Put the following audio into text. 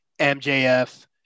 MJF